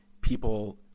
people